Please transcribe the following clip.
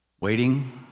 waiting